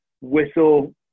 whistle